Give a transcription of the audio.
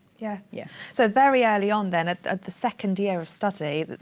yeah yeah. so very early on, then, at at the second year of study.